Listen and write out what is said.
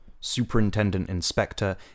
Superintendent-Inspector